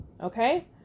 Okay